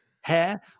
hair